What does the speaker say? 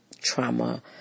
trauma